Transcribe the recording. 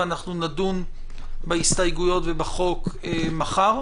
ואנחנו נדון בהסתייגויות ובחוק מחר.